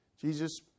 Jesus